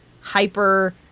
hyper